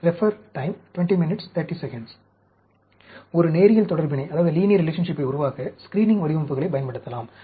மற்றும் ஒரு நேரியல் தொடர்பினை உருவாக்க ஸ்கிரீனிங் வடிவமைப்புகளைப் பயன்படுத்தலாம்